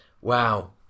Wow